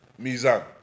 Mizan